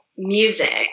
music